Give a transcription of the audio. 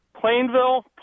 Plainville